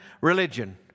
religion